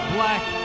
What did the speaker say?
Black